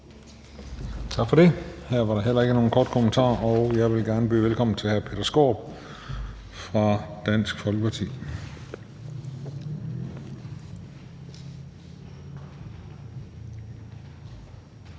Tak for det. Her var der heller ikke nogen korte bemærkninger. Og jeg vil gerne byde velkommen til hr. Peter Skaarup fra Dansk Folkeparti.